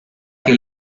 che